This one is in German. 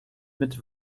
mit